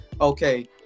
okay